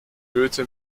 goethe